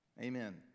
Amen